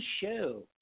show